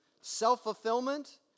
self-fulfillment